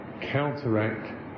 counteract